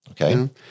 Okay